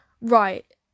right